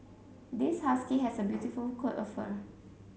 this husky has a beautiful coat of fur